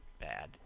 bad